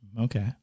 Okay